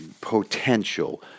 potential